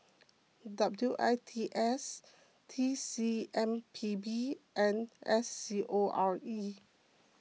W I T S T C M P B and S C O R E